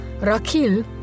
Rakil